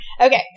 Okay